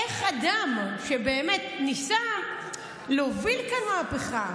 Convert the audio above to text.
איך אדם שבאמת ניסה להוביל כאן מהפכה,